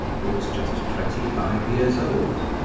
who was just twenty-five years old.